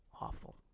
awful